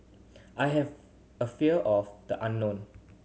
I have a fear of the unknown